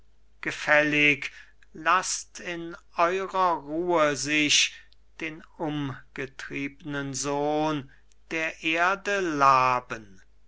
gefällig laßt in eurer ruhe sich den umgetriebnen sohn der erde laben